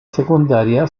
secundaria